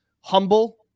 humble